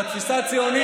והתפיסה הציונית,